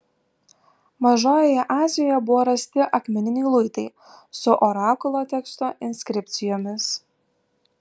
mažojoje azijoje buvo rasti akmeniniai luitai su orakulo teksto inskripcijomis